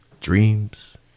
dreams